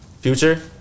Future